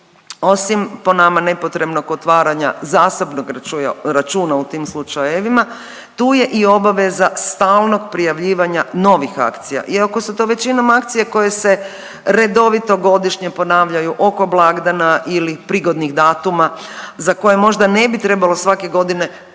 Osim po nama nepotrebnog otvaranja zasebnog računa u tim slučajevima tu je i obaveza stalnog prijavljivanja novih akcija, iako su to većinom akcije koje se redovito godišnje ponavljaju oko blagdana ili prigodnih datuma za koje možda ne bi trebalo svake godine ponovno